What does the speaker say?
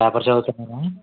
paper చదువుతున్నారా